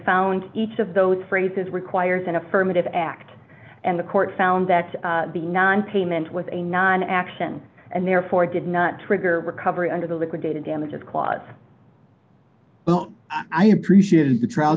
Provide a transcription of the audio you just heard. found each of those phrases requires an affirmative act and the court found that the nonpayment was a non action and therefore did not trigger recovery under the liquidated damages clause i appreciate the trial